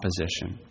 opposition